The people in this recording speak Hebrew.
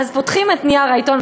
פותחים את נייר העיתון,